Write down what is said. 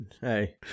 Hey